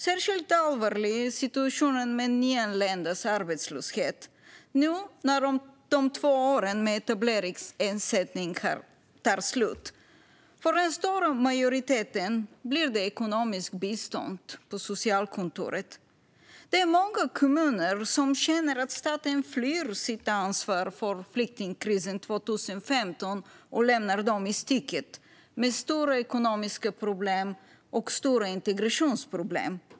Särskilt allvarlig är situationen med nyanländas arbetslöshet nu när de två åren med etableringsersättning tar slut. För den stora majoriteten blir det ekonomiskt bistånd på socialkontoret. Många kommuner känner att staten flyr sitt ansvar för flyktingkrisen 2015 och lämnar dem i sticket, med stora ekonomiska problem och integrationsproblem.